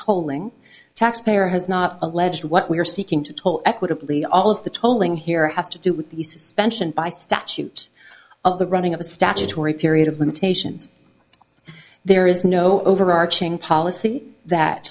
tolling taxpayer has not alleged what we are seeking to toll equitably all of the tolling here has to do with the suspension by statute of the running of a statutory period of limitations there is no overarching policy that